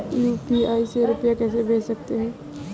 UPI से रुपया कैसे भेज सकते हैं?